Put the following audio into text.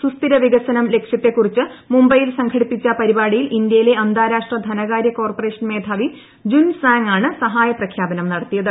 സുസ്ഥിര വികസന ലക്ഷ്യത്തെക്കുറിച്ച് മുംബൈയിൽ ് സംഘടിപ്പിച്ച പരിപാടിയിൽ ഇന്ത്യയിലെ അന്താരാഷ്ട്ര ധനകാര്യ കോർപ്പറേഷൻ മേധാവി ജുൻ സാങ് ആണ് സഹായപ്രഖ്യാപനം നടത്തിയത്